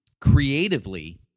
creatively